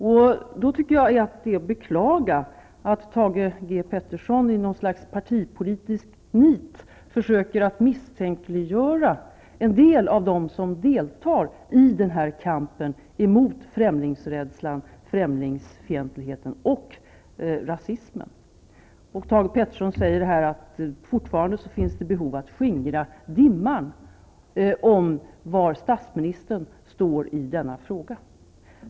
Jag tycker därför att det är att beklaga att Thage G Peterson i något slags partipolitiskt nit försöker misstänkliggöra en del av dem som deltar i kampen mot främlingsrädslan, främlingsfientligheten och rasismen. Thage Peterson säger att det fortfarande finns behov av att skingra dimman om var statsministern står i denna fråga.